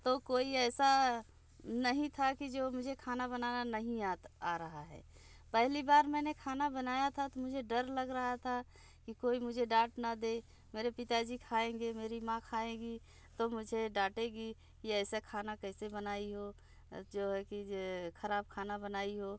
तो कोई ऐसा नहीं था कि जो मुझे खाना बनाना नहीं आ रहा है पहली बार मैंने खाना बनाया था तो मुझे डर लग रहा था कि कोई मुझे डांट ना दे मेरे पिता जी खाएंगे मेरी माँ खाएगी तो मुझे डाटेगी कि ऐसा खाना कैसे बनाई हो जो है कि खराब खाना बनाई हो